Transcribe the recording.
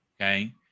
Okay